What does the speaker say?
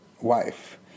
wife